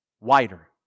wider